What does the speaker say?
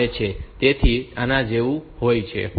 તેથી તે આના જેવું હોય છે